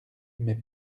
mais